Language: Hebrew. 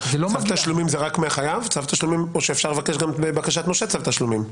צו תשלומים זה רק מהחייב או שאפשר לבקש גם בקשת נושה צו תשלומים?